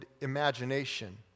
imagination